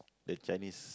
the Chinese